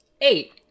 Eight